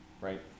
right